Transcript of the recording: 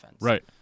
Right